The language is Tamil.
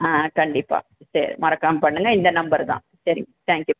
ஆ கண்டிப்பாக சரி மறக்காமல் பண்ணுங்கள் இந்த நம்பரு தான் சரி தேங்க் யூ